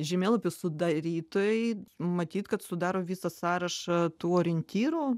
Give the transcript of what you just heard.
žemėlapių sudarytojai matyt kad sudaro visą sąrašą tų orientyrų